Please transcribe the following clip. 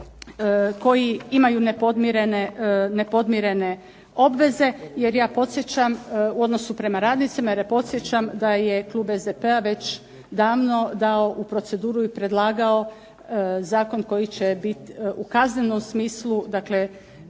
koji imaju nepodmirene obveze u odnosu prema radnicima jer ja podsjećam da je klub SDP-a davno dao u proceduru i predlagao zakon koji će biti u kaznenom smislu, dakle